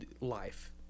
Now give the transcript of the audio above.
life